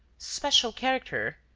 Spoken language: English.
special character,